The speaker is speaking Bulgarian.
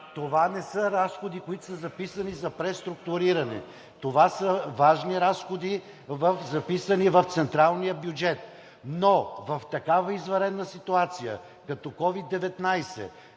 Това не са разходи, които са записани за преструктуриране. Това са важни разходи, записани в централния бюджет. Но в такава извънредна ситуация като COVID-19,